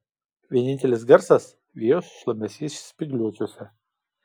vienintelis garsas vėjo šlamesys spygliuočiuose